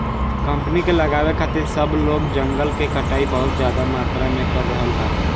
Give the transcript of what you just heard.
company के लगावे खातिर अब लोग जंगल के कटाई बहुत ज्यादा मात्रा में कर रहल बा